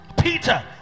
Peter